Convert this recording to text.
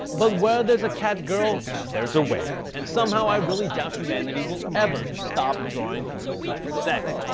but where there's a catgirl, there's a way and somehow i really doubt humanity will ever stop drawing people having sex.